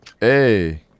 Hey